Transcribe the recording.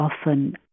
often